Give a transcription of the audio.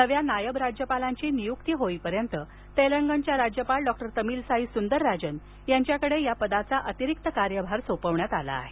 नव्या नायब राज्यपालांची नियुक्ती होईपर्यंत तेलंगणच्या राज्यपाल डॉक्टर तमिलसाई सुंदरराजन यांच्याकडे या पदाचा अतिरिक्त कार्यभार सोपविण्यात आला आहे